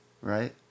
Right